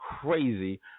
crazy